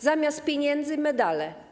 Zamiast pieniędzy - medale.